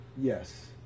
Yes